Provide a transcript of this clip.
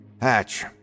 Hatch